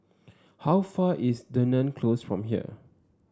how far is Dunearn Close from here